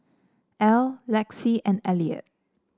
Ell Lexi and Eliot